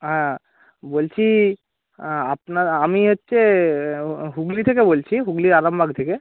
হ্যাঁ বলছি আপনার আমি হচ্চে হুগলি থেকে বলছি হুগলি আরামবাগ থেকে